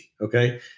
okay